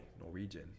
Norwegian